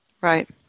Right